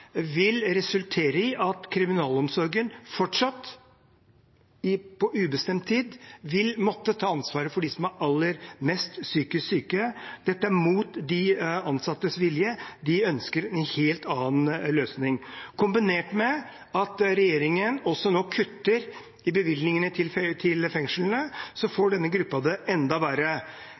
vil resultere i at kriminalomsorgen fortsatt, på ubestemt tid, vil måtte ta ansvaret for dem som er aller mest psykisk syke. Dette er mot de ansattes vilje. De ønsker en helt annen løsning. Kombinert med at regjeringen også nå kutter i bevilgningene til fengslene, får denne gruppen det enda verre.